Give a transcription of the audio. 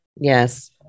yes